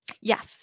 Yes